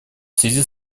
связи